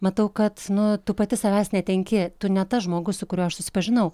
matau kad nu tu pati savęs netenki tu ne tas žmogus su kuriuo aš susipažinau